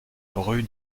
rue